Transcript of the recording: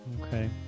okay